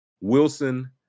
Wilson